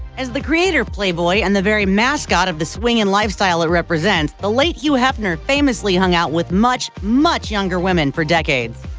as the creator of playboy and the very mascot of the swingin' lifestyle it represents, the late hugh hefner famously hung out with much, much younger women for decades.